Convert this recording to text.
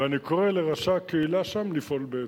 ואני קורא לראשי הקהילה שם לפעול בהתאם.